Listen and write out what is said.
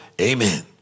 amen